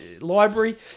library